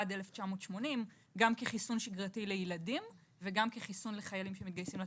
עד 1980 גם כחיסון שגרתי לילדים וגם כחיסון לחיילים שמתגייסים לצבא.